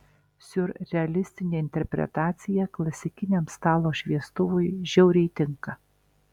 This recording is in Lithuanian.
siurrealistinė interpretacija klasikiniam stalo šviestuvui žiauriai tinka